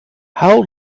how